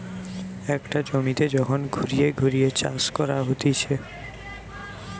একটা জমিতে যখন ঘুরিয়ে ঘুরিয়ে চাষ করা হতিছে